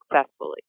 successfully